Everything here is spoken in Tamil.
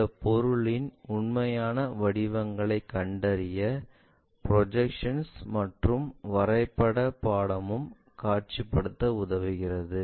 இந்த பொருளின் உண்மையான வடிவங்களைக் கண்டறிய ப்ரொஜெக்ஷன்ஸ் மற்றும் வரைபடப் பாடமும் காட்சிப்படுத்த உதவுகிறது